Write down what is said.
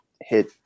hit –